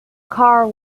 car